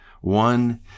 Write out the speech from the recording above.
One